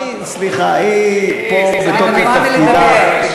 סליחה, היא פה בתוקף תפקידה, אני מנועה מלדבר.